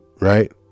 right